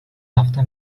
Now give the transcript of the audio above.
hafta